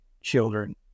children